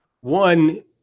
One